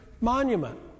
monument